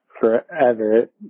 forever